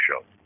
show